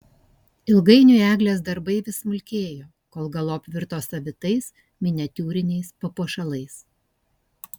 ilgainiui eglės darbai vis smulkėjo kol galop virto savitais miniatiūriniais papuošalais